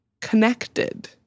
connected